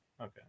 Okay